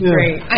Great